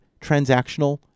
transactional